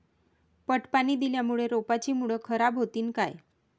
पट पाणी दिल्यामूळे रोपाची मुळ खराब होतीन काय?